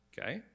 Okay